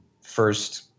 first